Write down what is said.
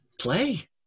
play